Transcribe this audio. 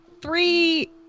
three